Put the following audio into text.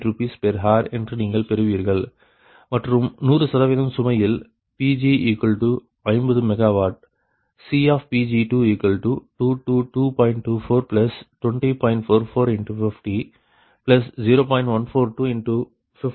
CPg20688 Rshr என்று நீங்கள் பெறுவீர்கள் மற்றும் 100 சுமையில் Pg50 MW CPg222